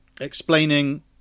explaining